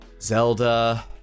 Zelda